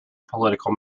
political